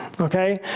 okay